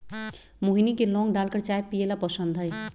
मोहिनी के लौंग डालकर चाय पीयला पसंद हई